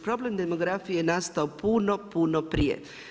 Problem demografije je nastao puno, puno prije.